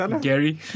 Gary